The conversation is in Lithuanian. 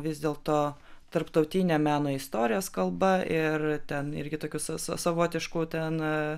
vis dėlto tarptautinė meno istorijos kalba ir ten irgi tokių sa savotiškų ten